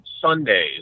Sundays